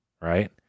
right